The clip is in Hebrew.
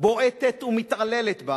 בועטת ומתעללת בה